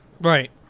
Right